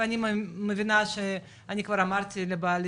ואני מבינה שאני כבר אמרתי לבעלי,